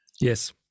yes